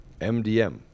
MDM